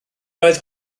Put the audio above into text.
oedd